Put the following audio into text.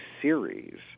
series